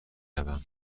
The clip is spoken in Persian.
روم